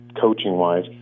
coaching-wise